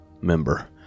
member